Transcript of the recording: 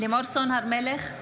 לימור סון הר מלך,